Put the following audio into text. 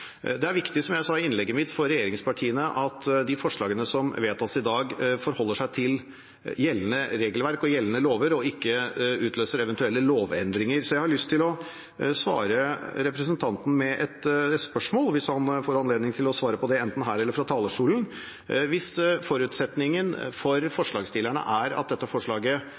Det er viktig for regjeringspartiene, som jeg sa i innlegget mitt, at de forslagene som vedtas i dag, forholder seg til gjeldende regelverk og gjeldende lover, og ikke utløser eventuelle lovendringer. Så jeg har lyst til å svare representanten med et slags spørsmål, hvis han får anledning til å svare på det, enten her nede, eller fra den andre talerstolen: Hvis forutsetningen for forslagsstillerne er at dette forslaget